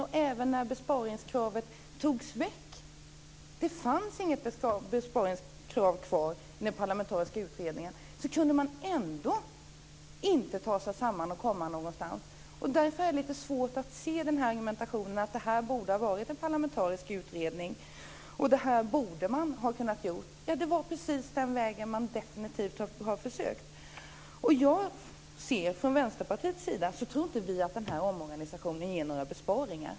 Och även när man tog bort besparingskravet - det fanns inget besparingskrav längre i den parlamentariska utredningen - så kunde man ändå inte ta sig samman och komma någonstans. Därför har jag lite svårt att förstå argumentationen, att det borde ha varit en parlamentarisk utredning och att man borde ha kunnat göra detta. Ja, det var precis den vägen som man försökte med. Vi från Vänsterpartiet tror inte att den här omorganisationen ger några besparingar.